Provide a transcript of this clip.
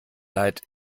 leid